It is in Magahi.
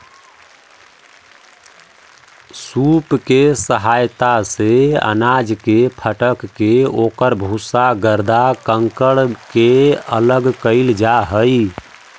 सूप के सहायता से अनाज के फटक के ओकर भूसा, गर्दा, कंकड़ के अलग कईल जा हई